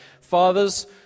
Fathers